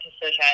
decision